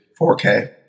4K